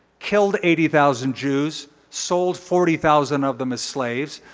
killed eighty thousand jews, sold forty thousand of them as slaves.